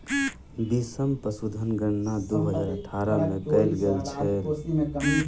बीसम पशुधन गणना दू हजार अठारह में कएल गेल छल